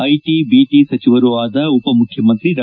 IT BT ಸಚಿವರೂ ಆದ ಉಪ ಮುಖ್ಯಮಂತ್ರಿ ಡಾ